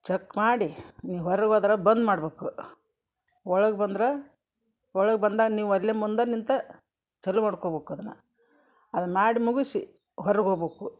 check ಮಾಡಿ ನೀ ಹೊರಗೆ ಹೋದ್ರ ಬಂದ್ ಮಾಡಬೇಕು ಒಳಗೆ ಬಂದ್ರೆ ಒಳಗೆ ಬಂದಾಗ ನೀವು ಒಲೆ ಮುಂದೆ ನಿಂತು ಚಾಲೂ ಮಾಡ್ಕೊಬೇಕು ಅದನ್ನು ಅದನ್ನು ಮಾಡಿ ಮುಗಿಸಿ ಹೊರಗೆ ಹೋಗ್ಬೇಕು